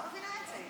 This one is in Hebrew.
אני לא מבינה את זה.